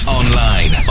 online